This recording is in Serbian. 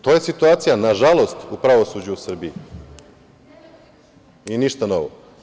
To je situacija, nažalost, u pravosuđu u Srbiji i ništa novo.